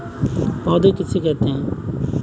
पौध किसे कहते हैं?